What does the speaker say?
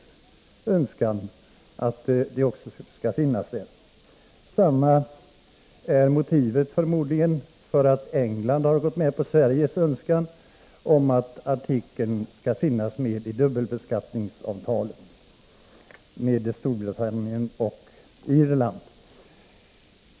Förmodligen på motsvarande sätt har England gått med på Sveriges önskan om att artikeln skall finnas med i dubbelbeskattningsavtalet med Storbritannien och Nordirland.